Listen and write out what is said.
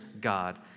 God